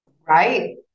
Right